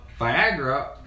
Viagra